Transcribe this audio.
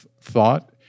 thought